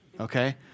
okay